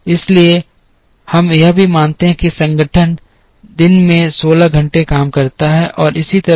इसलिए हम यह भी मानते हैं कि संगठन दिन में 16 घंटे काम करता है और इसी तरह